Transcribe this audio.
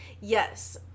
yes